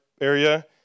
area